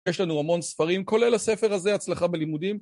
יש לנו המון ספרים כולל הספר הזה, הצלחה בלימודים